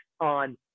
on